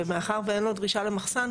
ומאחר ואין לו דרישה למחסן,